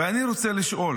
ואני רוצה לשאול